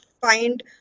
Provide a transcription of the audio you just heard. find